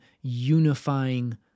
unifying